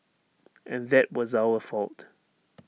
and that was our fault